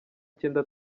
cyenda